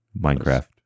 minecraft